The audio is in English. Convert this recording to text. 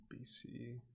BC